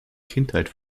kindheit